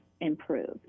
improved